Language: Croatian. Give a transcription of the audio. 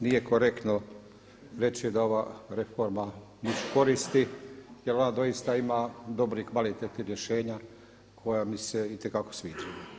Nije korektno reći da ova reforma je niš koristi, jer ona doista ima dobrih i kvalitetnih rješenja koja mi se itekako sviđaju.